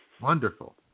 Wonderful